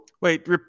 wait